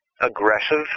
aggressive